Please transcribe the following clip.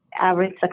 average